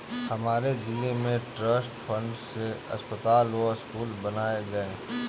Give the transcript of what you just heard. हमारे जिले में ट्रस्ट फंड से अस्पताल व स्कूल बनाए गए